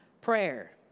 prayer